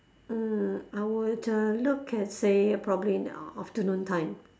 mm I would uh look at say probably in the afternoon time